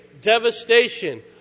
devastation